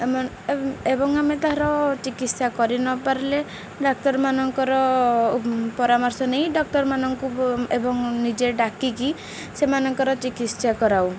ଏବଂ ଆମେ ତାହାର ଚିକିତ୍ସା କରିନପାରିଲେ ଡାକ୍ତରମାନଙ୍କର ପରାମର୍ଶ ନେଇ ଡାକ୍ତରମାନଙ୍କୁ ଏବଂ ନିଜେ ଡାକିକରି ସେମାନଙ୍କର ଚିକିତ୍ସା କରାଉ